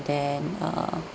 then err